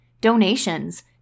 donations